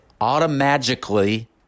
automatically